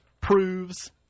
proves